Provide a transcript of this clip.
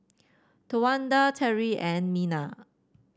Towanda Teri and Mena